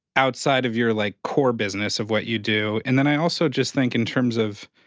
outside of your, like, core business of what you do. and then i also just think, in terms of